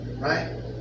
Right